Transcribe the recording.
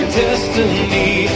destiny